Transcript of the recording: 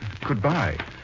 Goodbye